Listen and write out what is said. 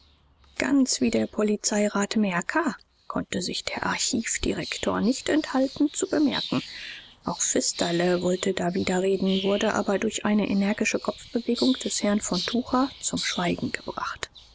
ganz wie der polizeirat merker konnte sich der archivdirektor nicht enthalten zu bemerken auch pfisterle wollte dawiderreden wurde aber durch eine energische kopfbewegung des herrn von tucher zum schweigen gebracht